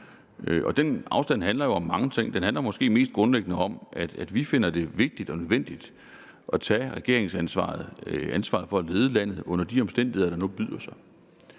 Den afstand handler jo om mange ting. Den handler måske mest grundlæggende om, at vi finder det vigtigt og nødvendigt at tage regeringsansvaret, ansvaret for at lede landet, under de omstændigheder, der nu byder sig.